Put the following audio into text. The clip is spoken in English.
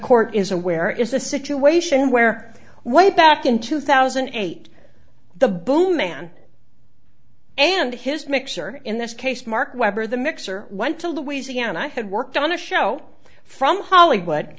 court is aware is a situation where one back in two thousand and eight the boom man and his mixer in this case mark webber the mixer went to louisiana had worked on a show from hollywood